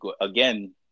again